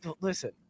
listen